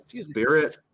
Spirit